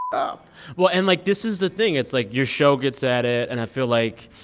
up well, and, like, this is the thing. it's, like, your show gets at it, and i feel like